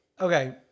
Okay